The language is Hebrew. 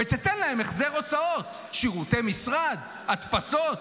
ותיתן להם החזר הוצאות, שירותי משרד, הדפסות.